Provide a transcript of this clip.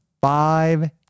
five